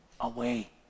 away